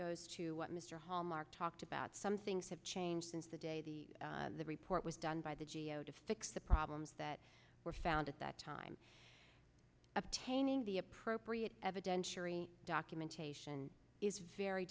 goes to what mr hallmark talked about some things have changed since the day the report was done by the g a o to fix the problems that were found at that time obtaining the appropriate evidentiary documentation is very